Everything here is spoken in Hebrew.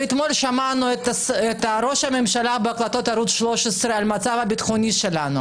ואתמול שמענו בערוץ 13 את ראש הממשלה שדיבר על המצב הביטחוני שלנו